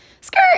skirt